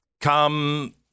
Come